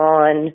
on